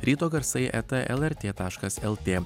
ryto garsai eta lrt taškas lt